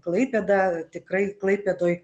klaipėdą tikrai klaipėdoj